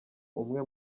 umwe